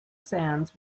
sands